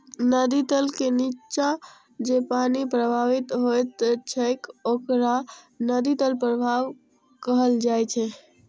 नदी तल के निच्चा जे पानि प्रवाहित होइत छैक ओकरा नदी तल प्रवाह कहल जाइ छै